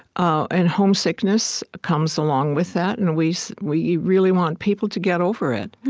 ah and homesickness comes along with that, and we so we really want people to get over it.